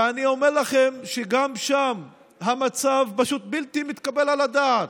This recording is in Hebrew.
ואני אומר לכם שגם שם המצב פשוט בלתי מתקבל על הדעת.